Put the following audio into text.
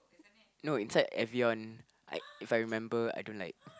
no it's like Evian if I remember I don't like